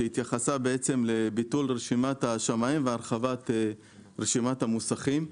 שהתייחסה לביטול רשימת השמאים והרחבת רשימת המוסכים.